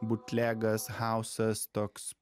butlegas hauzas toks